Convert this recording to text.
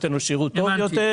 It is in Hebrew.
נותן לו שירות טוב יותר,